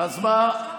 תחשוב